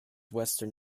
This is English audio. western